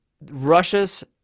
Russia's